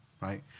Right